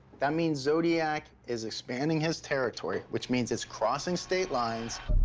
that means zodiac is expanding his territory, which means it's crossing state lines.